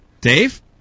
Dave